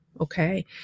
okay